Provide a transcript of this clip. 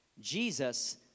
Jesus